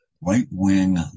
right-wing